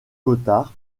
gothard